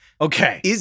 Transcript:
Okay